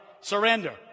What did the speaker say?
surrender